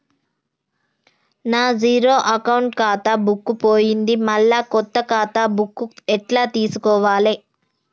నా zero account ఖాతా book పోయింది మళ్ళా కొత్త ఖాతా బుక్కు ఎట్ల తీసుకోవాలే?